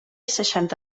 seixanta